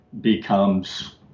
becomes